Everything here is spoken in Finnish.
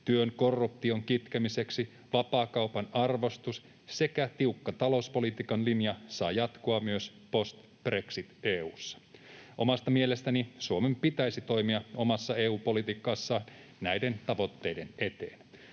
työn korruption kitkemiseksi, vapaakaupan arvostus sekä tiukka talouspolitiikan linja saavat jatkua myös post-brexit-EU:ssa. Omasta mielestäni Suomen pitäisi toimia omassa EU-politiikassaan näiden tavoitteiden eteen.